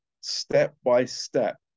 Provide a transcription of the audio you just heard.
step-by-step